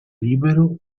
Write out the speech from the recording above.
libero